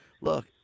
look